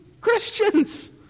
Christians